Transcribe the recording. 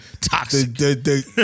Toxic